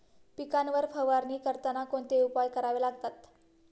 पिकांवर फवारणी करताना कोणते उपाय करावे लागतात?